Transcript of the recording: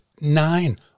nine